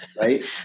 right